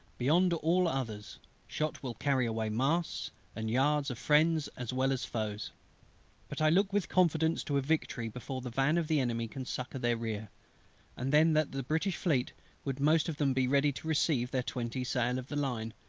beyond all others shot will carry away masts and yards of friends as well as foes but i look with confidence to a victory before the van of the enemy could succour their rear and then that the british fleet would most of them be ready to receive their twenty sail of the line,